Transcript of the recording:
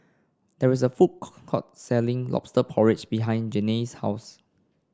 there is a food co court selling lobster porridge behind Janae's house